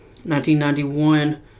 1991